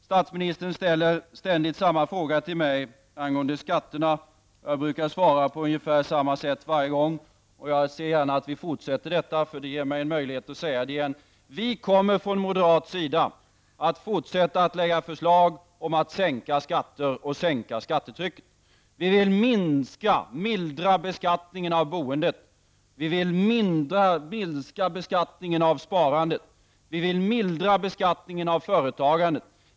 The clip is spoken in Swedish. Statsministern ställer ständigt samma fråga till mig angående skatterna. Jag brukar svara på ungefär samma sätt varje gång. Jag ser gärna att vi fortsätter med denna diskussion, för det ger mig en möjlighet att säga det igen. Vi kommer från moderat sida att fortsätta att lägga fram förslag om att sänka skatter och att minska skattetrycket. Vi vill mildra beskattningen av boendet, av sparandet och av företagandet.